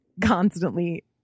constantly